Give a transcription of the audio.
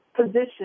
position